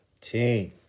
team